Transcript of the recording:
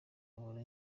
abura